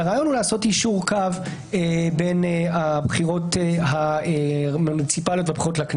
למשל: התייחסויות והנחיות לדף הפייסבוק של ראש העיר כמו שלא קיים,